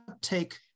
take